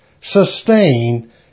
sustain